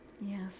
Yes